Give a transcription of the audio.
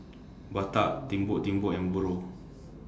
Bata Timbuk Timbuk Umbro